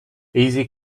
easy